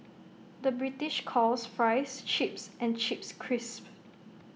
the British calls Fries Chips and chips crisp